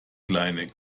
kleine